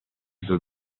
due